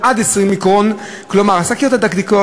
כל הקיבוצים וכל המושבים מלאים,